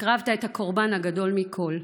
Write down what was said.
הקרבת את הקורבן הגדול מכול.